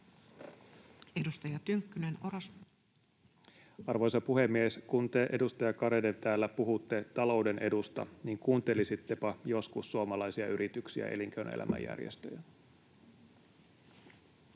20:58 Content: Arvoisa puhemies! Kun te, edustaja Garedew, täällä puhutte talouden edusta, niin kuuntelisittepa joskus suomalaisia yrityksiä ja elinkeinoelämän järjestöjä.